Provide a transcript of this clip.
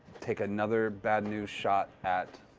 take another bad news shot at